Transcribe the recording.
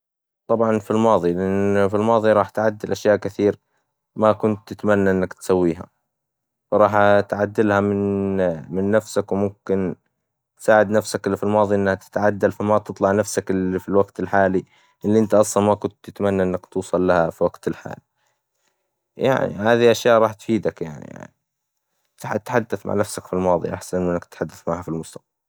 طبعاً في الماظي، لان في الماظي راح تعدل أشياء كثرة، ما كنت تتمنى انك تسويها، راح تعدل من نفسك وممكن تساعد نفسك إللي في الماظي انها تتعدل، فما تطلع نفسك إللي في الوقت الحالي، إللي انت أصلاً ما كنت تتمنى انك توصل لها في الوقت الحالي، يعني هذي أشياء راح تفيدك، تتحدث مع نفسك في الماظي، أحسن من انك تتحدث معاها في المستقبل.